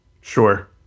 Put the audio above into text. Sure